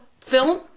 film